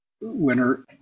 winner